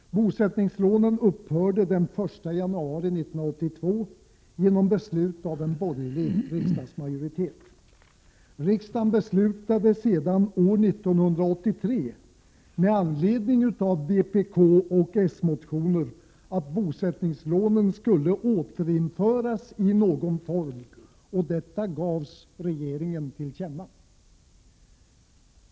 Bosättningslånen upphörde den 1 januari 1982 genom beslut av en borgerlig riksdagsmajoritet. Riksdagen beslutade år 1983, med anledning av vpkoch s-motioner, att bosättningslånen skulle återinföras i någon form. Detta gavs regeringen till känna.